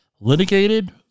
litigated